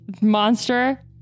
monster